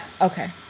Okay